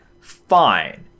fine